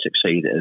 succeed